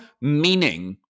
meaning